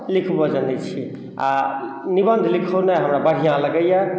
लिखबै सकै छी आओर निबन्ध लिखौनाइ हमरा बढ़िआँ लगैए